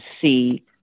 see